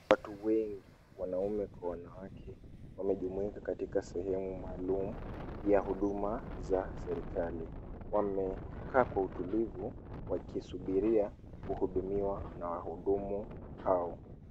Watu wengi wanaume kwa wanawake wamejumuika katika sehemu maalumu ya huduma za serikali. Wamekaa kwa utulivu wa kisubiria kuhudumiwa na wahudumu hao.